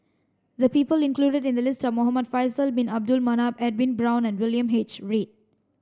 the people included in the list are Muhamad Faisal bin Abdul Manap Edwin Brown William H Read